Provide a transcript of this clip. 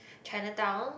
Chinatown